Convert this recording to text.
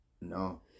No